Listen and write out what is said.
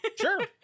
Sure